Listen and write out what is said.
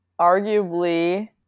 arguably